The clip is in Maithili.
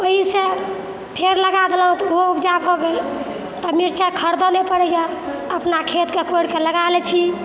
ओहिसँ फेर लगा देलहुॅं ओहो उपजा भऽ गेल तऽ मिरचाइ खरीदे नहि पड़ैया अपना खेतके कोरिके लगा लै छी